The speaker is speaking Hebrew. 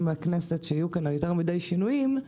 מהכנסת שיהיו כאן יותר מדי שינויים,